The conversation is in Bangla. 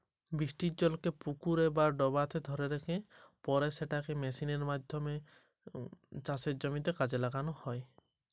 বৃষ্টির জলকে কিভাবে সেচের কাজে লাগানো য়ায়?